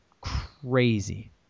crazy